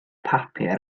papur